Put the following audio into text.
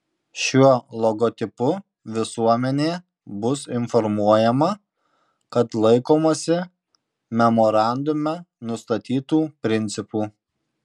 šiuo logotipu visuomenė bus informuojama kad laikomasi memorandume nustatytų principų